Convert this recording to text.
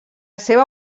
seva